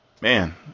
man